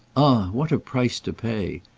ah what a price to pay!